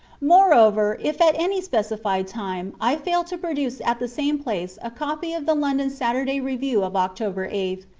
moreover, if at any specified time i fail to produce at the same place a copy of the london saturday review of october eighth,